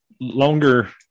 longer